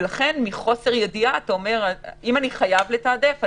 אבל אם אני חייבת לתעדף,